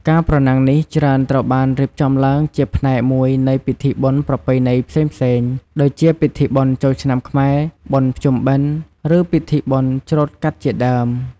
ការប្រណាំងនេះច្រើនត្រូវបានរៀបចំឡើងជាផ្នែកមួយនៃពិធីបុណ្យប្រពៃណីផ្សេងៗ ដូចជាពិធីបុណ្យចូលឆ្នាំខ្មែរ បុណ្យភ្ជុំបិណ្ឌ ឬពិធីបុណ្យច្រូតកាត់ជាដើម។